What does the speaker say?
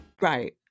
Right